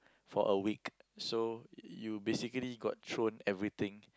for a week so you basically got thrown everything